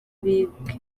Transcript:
bibwe